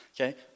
Okay